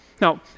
Now